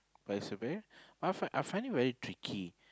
but it's a very I find I find it very tricky